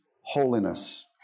holiness